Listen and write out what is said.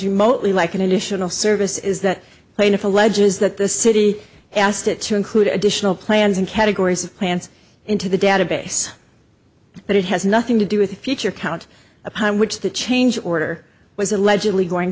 remotely like an additional service is that plaintiff alleges that the city asked it to include additional plans and categories of plans into the database but it has nothing to do with the future count upon which the change order w